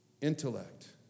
Intellect